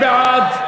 מי בעד?